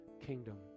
kingdom